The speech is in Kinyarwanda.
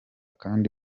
kandi